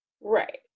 right